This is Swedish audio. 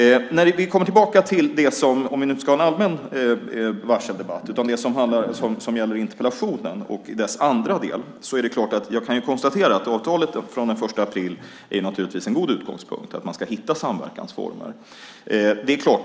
Om vi nu inte ska ha en allmän varseldebatt utan debattera det som gäller interpellationen och dess andra del kan jag konstatera att avtalet från den 1 april är en god utgångspunkt, att man ska hitta samverkansformer. Om det skulle